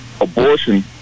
Abortion